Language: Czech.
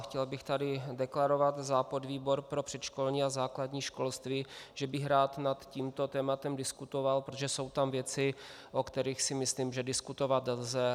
Chtěl bych tady deklarovat za podvýbor pro předškolní a základní školství, že bych rád nad tímto tématem diskutoval, protože jsou tam věci, o kterých si myslím, že diskutovat lze.